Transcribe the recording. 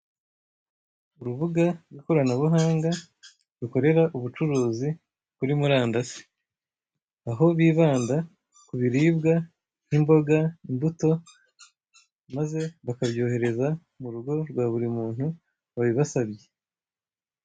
Urubuga rw'ikoranabuhanga rukorera ubucuruzi kuri murandasi, aho bibanda ku biribwa n'imboga, imbuto, maze bakabyohereza mu rugo rwa buri muntu wabibasabye.